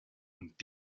und